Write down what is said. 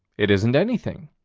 it isn't anything,